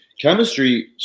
chemistry